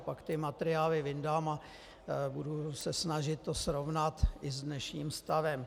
Pak ty materiály vyndám a budu se snažit to srovnat i s dnešním stavem.